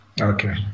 okay